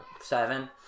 seven